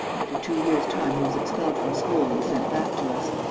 after two years' time he was expelled from school and sent back to us.